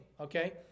okay